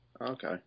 Okay